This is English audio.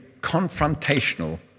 confrontational